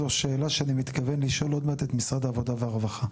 זו השאלה שאני מתכוון לשאול עוד מעט את משרד העבודה והרווחה.